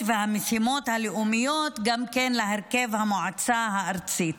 והמשימות הלאומיות להרכב המועצה הארצית.